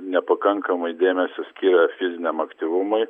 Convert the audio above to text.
nepakankamai dėmesio skiria fiziniam aktyvumui